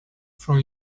from